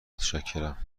متشکرم